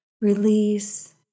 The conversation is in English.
release